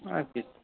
আর কি